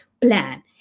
plan